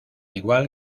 igual